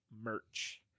merch